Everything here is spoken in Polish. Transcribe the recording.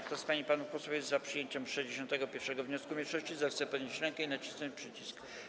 Kto z pań i panów posłów jest za przyjęciem 61. wniosku mniejszości, zechce podnieść rękę i nacisnąć przycisk.